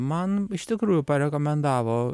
man iš tikrųjų parekomendavo